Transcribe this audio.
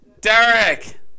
Derek